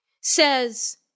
says